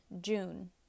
June